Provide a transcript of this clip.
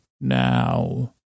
now